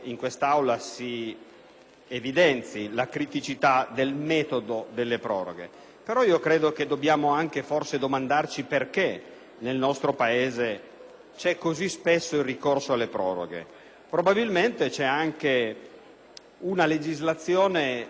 evidenzi la criticità del metodo delle proroghe, però credo che dobbiamo domandarci perché nel nostro Paese c'è così spesso il ricorso alle proroghe. Probabilmente c'è anche una legislazione velleitaria: